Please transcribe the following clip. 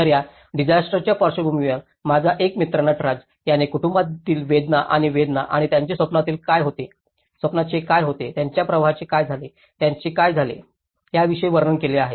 तर या डिसास्टरच्या पार्श्वभूमीवर माझा एक मित्र नटराज त्याने कुटुंबातील वेदना आणि वेदना आणि त्यांच्या स्वप्नांचे काय होते त्यांच्या प्रवाहाचे काय झाले त्यांचे काय झाले याविषयीचे वर्णन केले आहे